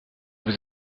vous